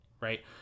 right